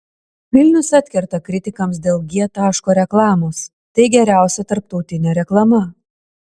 vilnius atkerta kritikams dėl g taško reklamos tai geriausia tarptautinė reklama